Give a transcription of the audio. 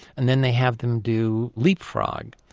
and then they have them do leapfrog,